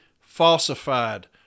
falsified